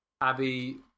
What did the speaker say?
Abby